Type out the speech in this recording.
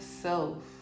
self